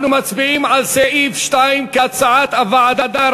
אנחנו מצביעים על סעיף 2 כהצעת הוועדה,